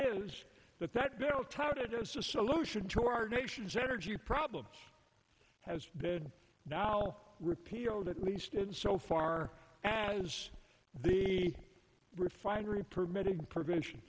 is that that bill touted as a solution to our nation's energy problem has now repealed at least in so far as the refinery permitted prevention